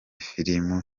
filimu